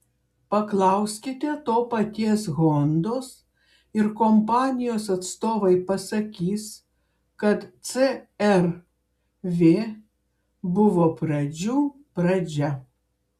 paklauskite to paties hondos ir kompanijos atstovai pasakys kad cr v buvo pradžių pradžia